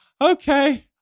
Okay